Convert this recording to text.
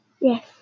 Yes